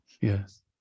Yes